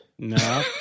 No